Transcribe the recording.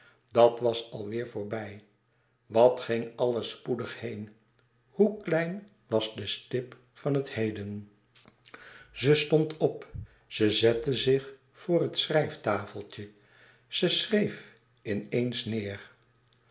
dat was al weêr voorbij wat ging alles spoedig heen hoe klein was de stip van het heden ze stond op ze zette zich voor het schrijftafeltje ze schreef in eens neêr